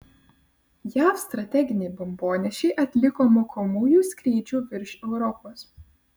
jav strateginiai bombonešiai atliko mokomųjų skrydžių virš europos